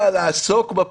אני רק אומר לך כך.